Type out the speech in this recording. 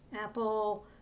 Apple